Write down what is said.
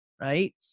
right